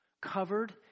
Covered